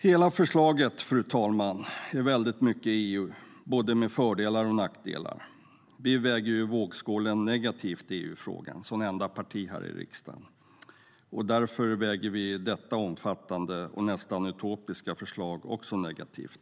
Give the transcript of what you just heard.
Hela förslaget är väldigt mycket EU, både med fördelar och nackdelar. Vi väger ju som enda parti här i riksdagen vågskålen negativt i EU-frågan. Därför väger vi också detta omfattande och nästan utopiska förslag negativt.